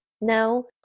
No